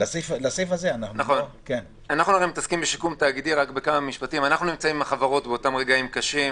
אנחנו נמצאים עם החברות באותם רגעים קשים.